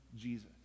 Jesus